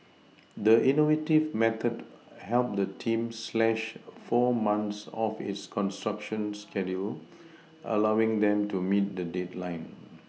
the innovative method helped the team slash four months off its construction schedule allowing them to meet the deadline